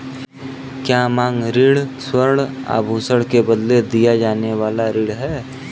क्या मांग ऋण स्वर्ण आभूषण के बदले दिया जाने वाला ऋण है?